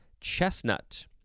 chestnut